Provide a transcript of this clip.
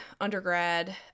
undergrad